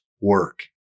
work